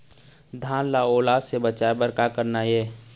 धान ला ओल से बचाए बर का करना ये?